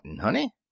honey